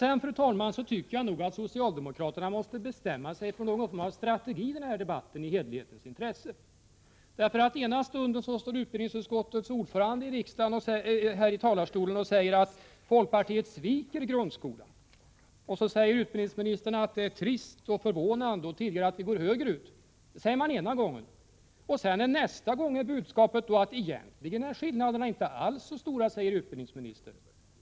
Sedan, fru talman, tycker jag att socialdemokraterna måste bestämma sig för någon form av strategi i denna debatt — i helhetens intresse. Ena stunden står utbildningsutskottets ordförande här i talarstolen och säger att folkpartiet sviker grundskolan. Så säger utbildningsministern att vårt förslag är trist och förvånande och t.o.m. går längre. Detta säger man ena gången. Nästa gång är utbildningsministerns budskap att skillnaderna egentligen inte alls är så stora.